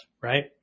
right